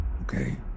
Okay